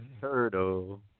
turtle